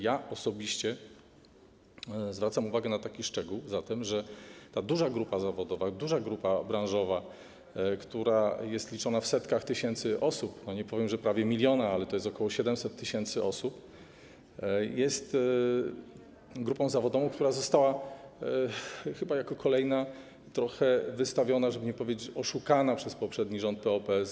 Ja osobiście zwracam zatem uwagę na taki szczegół, że ta duża grupa zawodowa, duża grupa branżowa, która jest liczona w setkach tysięcy osób - nie powiem, że to prawie 1 mln, ale to ok. 700 tys. osób - jest grupą zawodową, która została chyba jako kolejna trochę wystawiona, żeby nie powiedzieć: oszukana przez poprzedni rząd PO-PSL.